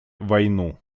войну